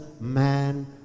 man